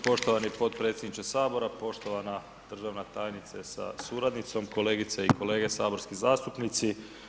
Poštovani potpredsjedniče Sabora, poštovana državna tajnice sa suradnicom, kolegice i kolege saborski zastupnici.